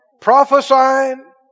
Prophesying